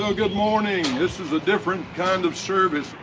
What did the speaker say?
so good morning. this is a different kind of service.